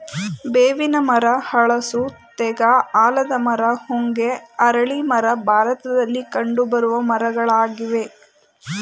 ಬೇವಿನ ಮರ, ಹಲಸು, ತೇಗ, ಆಲದ ಮರ, ಹೊಂಗೆ, ಅರಳಿ ಮರ ಭಾರತದಲ್ಲಿ ಕಂಡುಬರುವ ಮರಗಳಾಗಿವೆ